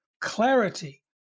clarity